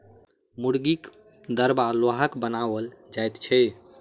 मुर्गीक दरबा लोहाक बनाओल जाइत छै